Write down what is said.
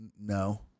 No